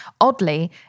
Oddly